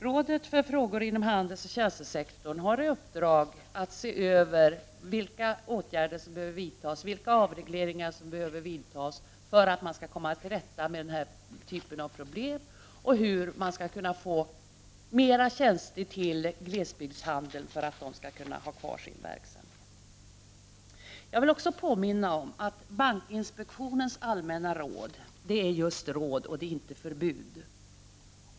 Rådet för frågor inom handelsoch tjänstesektorn har i uppdrag att se över vilka åtgärder som behöver vidtas och vilka avregleringar som behöver göras för att man skall komma till rätta med denna typ av problem och hur man skall kunna få fler tjänster till glesbygdshandeln för att den skall kunna ha kvar sin verksamhet. Jag vill också påminna om att bankinspektionens allmänna råd är just råd och inte förbud.